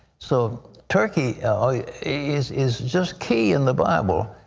so turkey is is just key in the bible.